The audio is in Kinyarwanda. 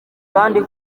kandi